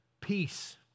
Peace